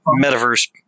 Metaverse